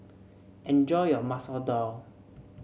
enjoy your Masoor Dal